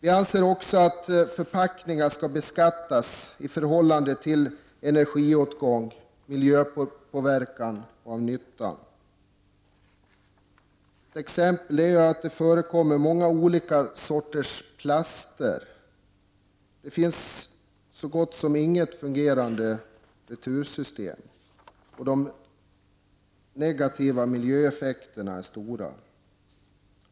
Vi anser också att förpackningar skall beskattas i förhållande till energiåtgång, till miljöpåverkan och till nyttan med dem. Det förekommer exempelvis många olika sorters plaster. Men det finns så gott som inget fungerande retursystem. De negativa miljöeffekterna är dessutom stora.